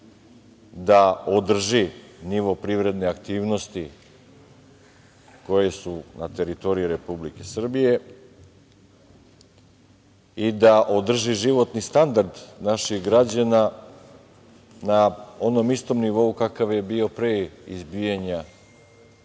da održi nivo privredne aktivnosti koje su na teritoriji Republike Srbije i da održi životni standard naših građana na onom istom nivou kakav je bio pre izbijanja